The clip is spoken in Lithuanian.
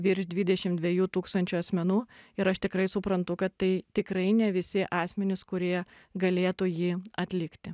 virš dvidešim dviejų tūkstančių asmenų ir aš tikrai suprantu kad tai tikrai ne visi asmenys kurie galėtų jį atlikti